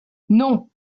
non